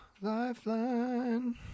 Lifeline